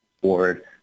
Board